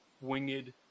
winged